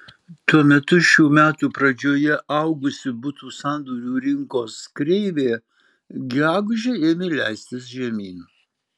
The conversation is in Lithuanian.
tuo metu šių metų pradžioje augusi butų sandorių rinkos kreivė gegužę ėmė leistis žemyn